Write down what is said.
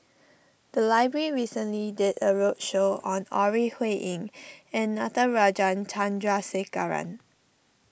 the library recently did a roadshow on Ore Huiying and Natarajan Chandrasekaran